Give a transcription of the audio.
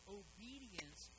obedience